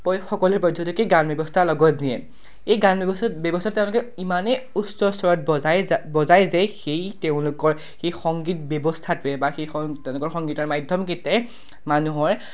সকলোৰে পৰ্যটকেই গান ব্যৱস্থা লগত নিয়ে এই গান ব্যৱস্থা ব্যৱস্থাত তেওঁলোকে ইমানেই উচ্চ স্বৰত বজায় যা বজায় যে সেই তেওঁলোকৰ সেই সংগীত ব্যৱস্থাটোৱে বা সেই সং তেওঁলোকৰ সংগীতৰ মাধ্যমকেইটাই মানুহৰ